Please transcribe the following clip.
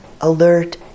alert